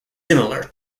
similar